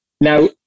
Now